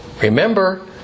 Remember